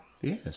Yes